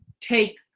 take